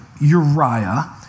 Uriah